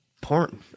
porn